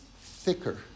thicker